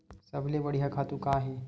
सबले बढ़िया खातु का हे?